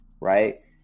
Right